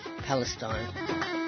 Palestine